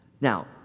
Now